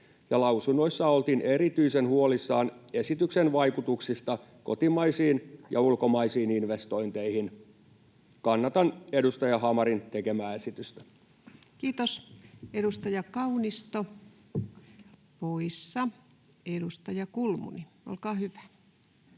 lausunnoissa oltiin erityisen huolissaan esityksen vaikutuksista kotimaisiin ja ulkomaisiin investointeihin. Kannatan edustaja Hamarin tekemää esitystä. [Speech 260] Speaker: Ensimmäinen varapuhemies